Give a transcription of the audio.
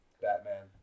Batman